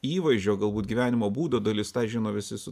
įvaizdžio galbūt gyvenimo būdo dalis tą žino visi su